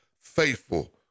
faithful